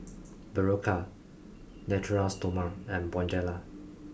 Berocca Natura Stoma and Bonjela